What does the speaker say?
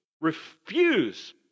refuse